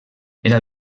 era